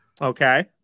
Okay